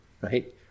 Right